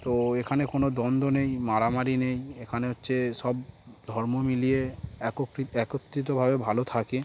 তো এখানে কোনো দ্বন্দ্ব নেই মারামারি নেই এখানে হচ্ছে সব ধর্ম মিলিয়ে এক একত্রিতভাবে ভালো থাকে